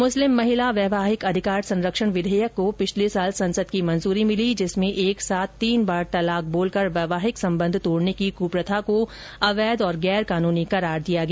मुस्लिम महिला वैवाहिक अधिकार संरक्षण विधेयक को पिछले साल संसद की मंजूरी मिली जिसमें एक साथ तीन बार तलाक बोलकर वैवाहिक संबंध तोड़ने की कुप्रथा को अवैध और गैर कानूनी करार दिया गया